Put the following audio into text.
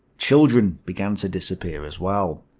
children began to disappear as well.